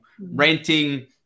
renting